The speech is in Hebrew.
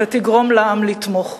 ותגרום לעם לתמוך.